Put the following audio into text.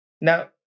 Now